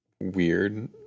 weird